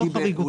הוא לא חריג.